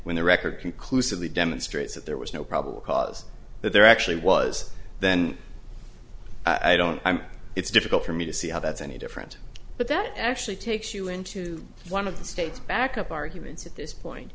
when the record conclusively demonstrates that there was no probable cause that there actually was then i don't i know it's difficult for me to see how that's any different but that actually takes you into one of the state's back up arguments at this point